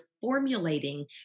formulating